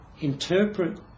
interpret